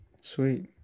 Sweet